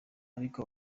ariko